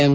M